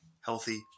healthy